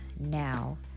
now